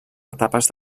etapes